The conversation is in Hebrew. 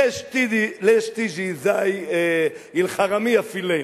"ליש תיז'י זיי אל-חרמייה פיל ליל"?